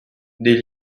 des